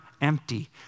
empty